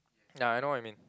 ya I know what I mean